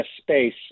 space